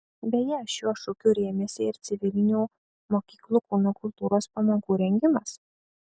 beje šiuo šūkiu rėmėsi ir civilinių mokyklų kūno kultūros pamokų rengimas